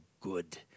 good